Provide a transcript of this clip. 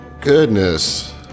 Goodness